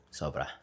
sobra